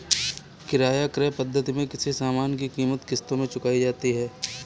किराया क्रय पद्धति में किसी सामान की कीमत किश्तों में चुकाई जाती है